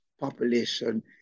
population